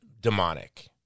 demonic